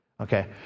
okay